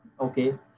Okay